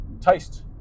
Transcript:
Taste